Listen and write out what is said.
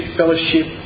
fellowship